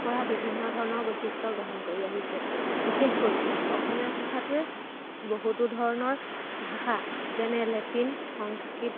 পৰা বিভিন্ন ধৰণৰ বৈশিষ্ট্য গ্ৰহণ কৰি আহিছে বিশেষকৈ অসমীয়া ভাষাটোৱে বহুতো ধৰণৰ ভাষা যেনে লেটিন সংস্কৃত